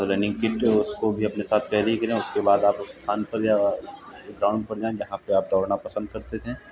running kit उसको भी अपने साथ कैरी करें उसके बाद आप उस स्थान पर जाएँ ग्राउंड पर जाएँ जहाँ पर आप दौड़ना पसंद करते हैं